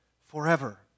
forever